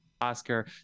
Oscar